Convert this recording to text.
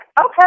okay